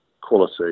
quality